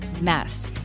mess